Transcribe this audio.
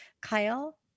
Kyle